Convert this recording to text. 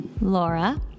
Laura